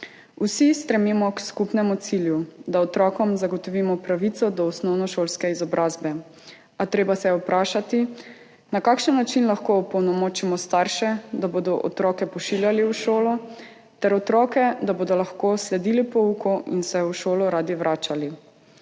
Vsi stremimo k skupnemu cilju, da otrokom zagotovimo pravico do osnovnošolske izobrazbe, a treba se je vprašati, na kakšen način lahko opolnomočimo starše, da bodo otroke pošiljali v šolo, ter otroke, da bodo lahko sledili pouku in se v šolo radi vračali.